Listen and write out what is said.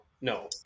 no